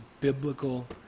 biblical